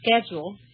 schedule